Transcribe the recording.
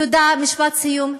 תודה, משפט סיום.